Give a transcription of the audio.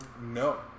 No